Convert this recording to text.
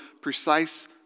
precise